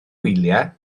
wyliau